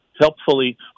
helpfully